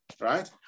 right